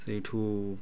ସେଇଠୁ